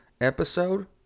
episode